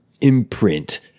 imprint